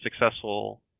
successful